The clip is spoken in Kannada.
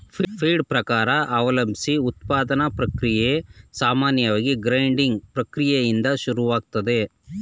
ಫೀಡ್ ಪ್ರಕಾರ ಅವಲಂಬ್ಸಿ ಉತ್ಪಾದನಾ ಪ್ರಕ್ರಿಯೆ ಸಾಮಾನ್ಯವಾಗಿ ಗ್ರೈಂಡಿಂಗ್ ಪ್ರಕ್ರಿಯೆಯಿಂದ ಶುರುವಾಗ್ತದೆ